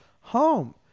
home